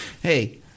Hey